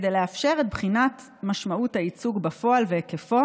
כדי לאפשר את בחינת משמעות הייצוג בפועל והיקפו